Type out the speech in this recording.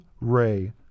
Ray